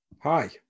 Hi